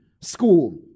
school